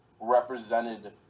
represented